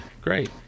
Great